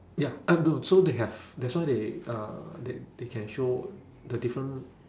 ya eh no so they have that's why they uh they they can show the different